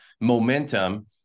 momentum